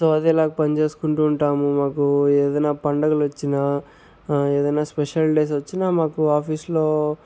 so అదేలాగ పని చేసుకుంటూ ఉంటాము మాకు ఏదన్నా పండగలు వచ్చినా ఏదన్నా స్పెషల్ డేస్ వచ్చినా మాకు ఆఫీస్లో